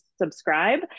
subscribe